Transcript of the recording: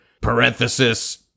parenthesis